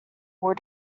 war